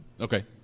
Okay